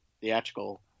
theatrical